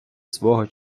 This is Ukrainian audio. свого